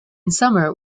summer